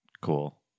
Cool